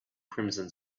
crimson